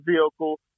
vehicle